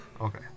Okay